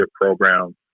program